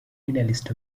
medallist